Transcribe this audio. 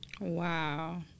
wow